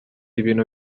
ibintu